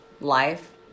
Life